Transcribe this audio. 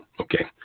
Okay